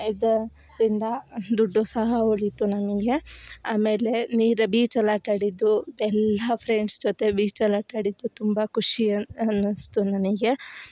ಇದ ರಿಂದ ದುಡ್ಡು ಸಹ ಉಳೀತು ನಮಗೆ ಆಮೇಲೆ ನೀರು ಬೀಚಲ್ಲಿ ಆಟಾಡಿದ್ದು ಎಲ್ಲ ಫ್ರೆಂಡ್ಸ್ ಜೊತೆ ಬೀಚಲ್ಲಿ ಆಟಾಡಿದ್ದು ತುಂಬ ಖುಷಿ ಅನ್ನು ಅನ್ನಿಸ್ತು ನನಗೆ